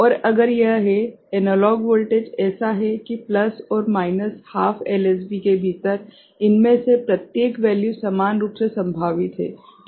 और अगर यह है एनालॉग वोल्टेज ऐसा है कि प्लस और माइनस हाफ एलएसबी के भीतर इनमें से प्रत्येक वैल्यू समान रूप से संभावित है ठीक है